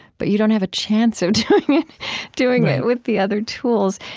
but you don't have a chance of doing it doing it with the other tools.